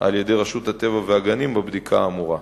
על-ידי רשות הטבע והגנים בבדיקה האמורה.